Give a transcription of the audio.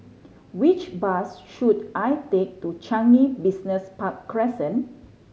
which bus should I take to Changi Business Park Crescent